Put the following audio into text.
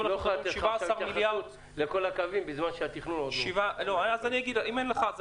הוא לא יכול לתת לך לכל הקווים בזמן שהתכנון עוד לא -- אם אין לך,